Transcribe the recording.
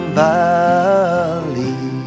valley